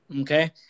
Okay